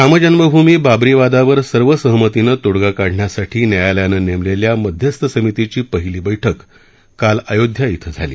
रामजन्मभूमी बाबरी वादावर सर्वसहमतीनं तोडगा काढण्यासाठी न्यायालयाने नेमलेल्या मध्यस्थ समितीची पहिली बैठक काल अयोध्या ॐ झाली